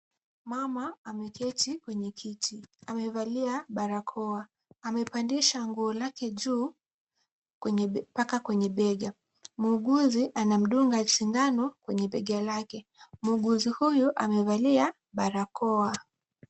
Mama ameketi kwenye kiti ,amevalia barakoa amepandisha nguo lake juu mpaka kwenye bega. Muuguzi anamdunga sindano kwenye bega lake muuguzi huyu amevalia barakoa.